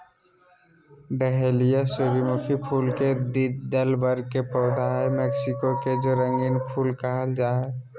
dahlia सूर्यमुखी फुल के द्विदल वर्ग के पौधा हई मैक्सिको के रंगीन फूल कहल जा हई